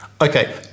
Okay